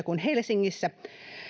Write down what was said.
kuin helsingissä